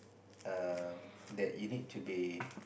err that you need to be